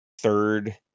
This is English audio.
third